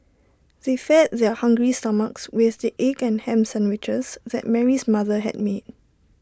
they fed their hungry stomachs with the egg and Ham Sandwiches that Mary's mother had made